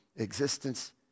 existence